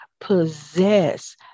possess